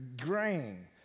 grain